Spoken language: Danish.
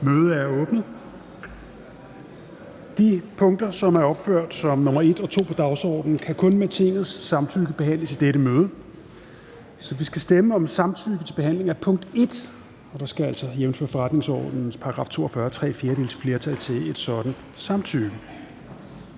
Petersen): De punkter, som er opført som nr. 1 og 2 på dagsordenen, kan kun med Tingets samtykke behandles i dette møde. Så vi skal stemme om samtykke til behandling af punkt 1, og der skal altså, jævnfør forretningsordenens § 42, tre fjerdedeles flertal til et sådant samtykke.